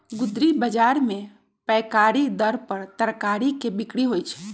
गुदरी बजार में पैकारी दर पर तरकारी के बिक्रि होइ छइ